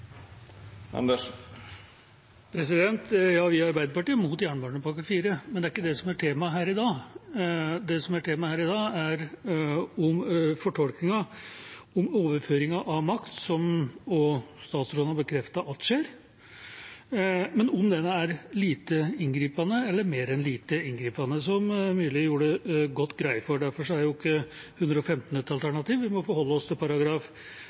Vi i Arbeiderpartiet er mot jernbanepakke IV, men det er ikke det som er temaet her i dag. Det som er temaet her i dag, er fortolkningen, om overføringen av makt – som også statsråden har bekreftet at skjer – er «lite inngripende» eller mer enn «lite inngripende», som Myrli gjorde godt greie for. Derfor er ikke § 115 et alternativ, vi må forholde oss til